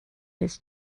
his